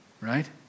right